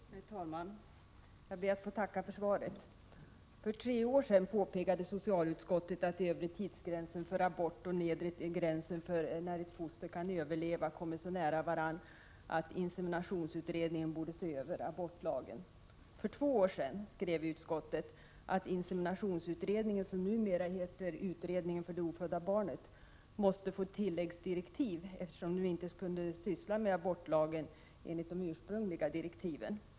Herr talman! Jag ber att få tacka för svaret. För tre år sedan påpekade socialutskottet att övre tidsgränsen för abort och nedre gränsen för när foster kan överleva kommit så nära varandra att inseminationsutredningen borde se över abortlagen. För två år sedan skrev utskottet att inseminationsutredningen, som numera heter utredningen om det ofödda barnet, måste få tilläggsdirektiv, eftersom den enligt de ursprungliga direktiven inte skulle syssla med abortlagen.